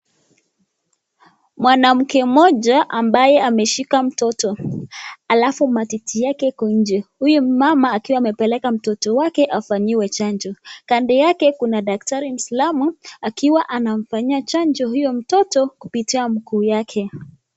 Mwanamke mmoja ambaye ameshika mtoto halafu matiti yake iko nje, huyo mama akiwa amempeleka mtoto wake afanyiwe chanjo, kando yake kuna daktari mwiislamu akiwa anamfanyia chanjo huyo mtoto kupitia mguu yake.